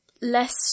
less